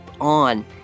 on